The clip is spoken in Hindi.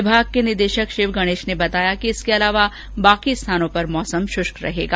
विभाग के निदेशक शिव गणेश ने बताया कि इसके अलावा बाकी स्थानों पर मौसम श्रष्क रहेगा